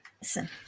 Listen